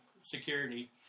security